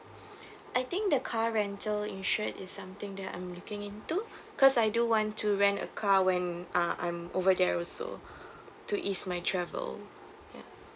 I think the car rental insured is something that I'm looking into cause I do want to rent a car when ah I'm over there also to ease my travel ya